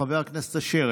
חבר הכנסת אשר,